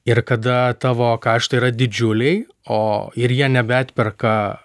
ir kada tavo kaštai yra didžiuliai o ir jie nebeatperka